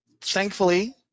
thankfully